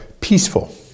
peaceful